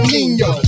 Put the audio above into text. Nino